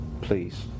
please